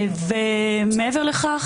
מעבר לכך,